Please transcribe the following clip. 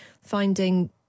finding